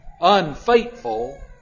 unfaithful